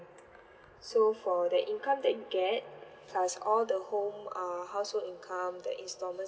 so for the income that you get plus all the home uh household income the installments